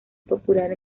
popular